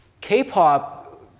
K-pop